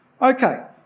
Okay